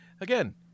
again